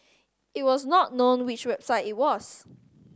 it was not known which website it was